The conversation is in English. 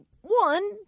one